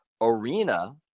arena